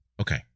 Okay